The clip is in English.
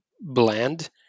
bland